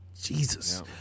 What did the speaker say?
Jesus